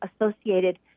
associated